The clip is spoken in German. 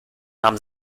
haben